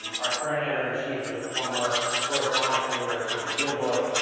um our current editor in chief is a former correspondent for the new york times dealbook,